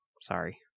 sorry